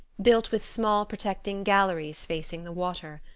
built with small, protecting galleries facing the water.